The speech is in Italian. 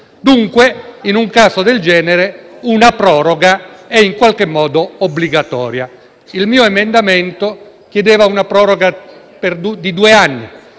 banca. In un caso del genere, quindi, una proroga è in qualche modo obbligatoria. Il mio emendamento chiedeva una proroga di due anni,